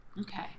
Okay